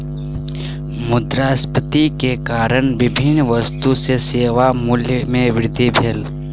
मुद्रास्फीति के कारण विभिन्न वस्तु एवं सेवा के मूल्य में वृद्धि भेल